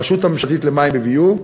הרשות הממשלתית למים וביוב,